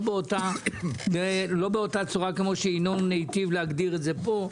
לא באותה צורה כמו שינון היטיב להגדיר את זה פה.